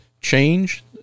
change